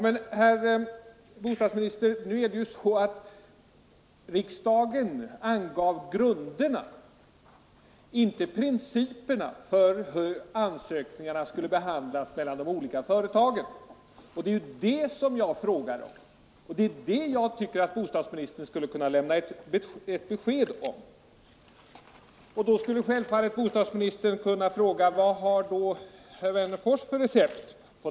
Men, herr bostadsminister, riksdagen angav grunderna, inte principerna för hur ansökningarna från de olika företagen skall behandlas. Det är om principerna jag frågar. Det är detta bostadsministern skulle kunna lämna ett besked om. Nu skulle självfallet bostadsministern kunna fråga: Vad har herr Wennerfors för recept?